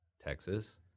Texas